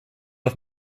auf